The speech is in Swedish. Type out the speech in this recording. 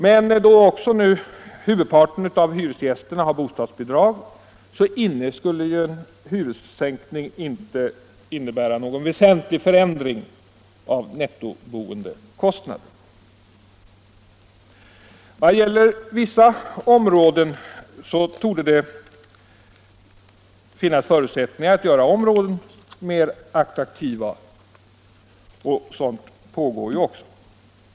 Men då huvudparten av hyresgästerna nu har bostadsbidrag skulle en hyressänkning inte innebära någon väsentlig förändring av nettoboendekostnaden. Vissa områden torde det finnas förutsättningar att göra mer attraktiva, och försök i den riktningen pågår också.